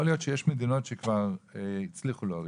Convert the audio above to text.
יכול להיות שיש מדינות שכבר הצליחו להוריד.